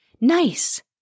Nice